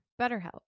BetterHelp